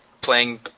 playing